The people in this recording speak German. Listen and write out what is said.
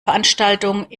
veranstaltung